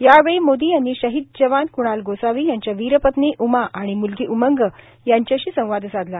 यावेळी मोदी यांनी शहीद जवान कुणाल गोसावी यांच्या वीरपत्नी उमा आणि मुलगी उमंग यांच्याशी संवाद साधला